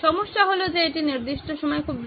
সমস্যা হল যে এটি নির্দিষ্ট সময়ে খুব দ্রুত